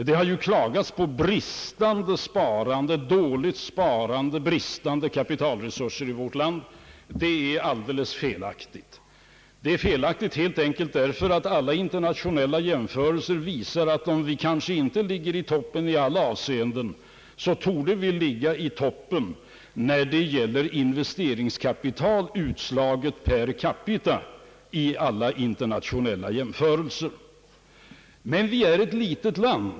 Det har klagats på dåligt sparande och bristande kapitalresurser i vårt land, men det är alldeles felaktigt, eftersom alla internationella jämförelser visar — även om vi kanske inte ligger i toppen i alla avseenden — att vi ligger i toppen i fråga om investeringskapital, utslaget per capita. Sverige är emellertid ett litet land.